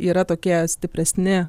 yra tokie stipresni